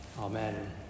Amen